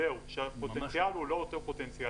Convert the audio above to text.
זהו, הפוטנציאל הוא לא אותו פוטנציאל.